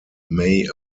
may